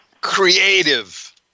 creative